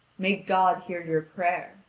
may god hear your prayer.